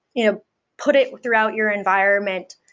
you know put it throughout your environment.